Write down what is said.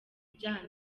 ibyaha